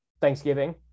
thanksgiving